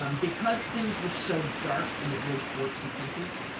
um because things were so dark in the bridge four sequences,